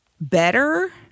better